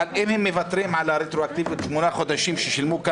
אבל אם הם מוותרים על הרטרואקטיביות שמונה חודשים כששילמו,